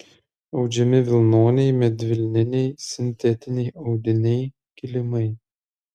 audžiami vilnoniai medvilniniai sintetiniai audiniai kilimai